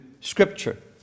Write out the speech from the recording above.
scripture